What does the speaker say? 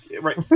right